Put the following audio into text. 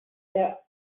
their